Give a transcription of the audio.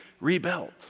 rebuilt